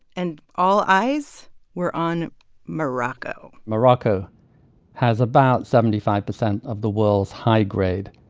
and all eyes were on morocco morocco has about seventy five percent of the world's high-grade,